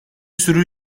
sürü